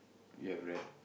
you have read